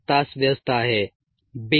5 तास व्यस्त आहे